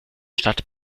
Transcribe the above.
stadt